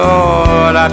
Lord